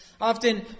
often